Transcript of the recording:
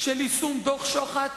של יישום דוח-שוחט,